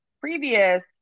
previous